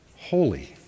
holy